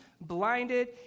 blinded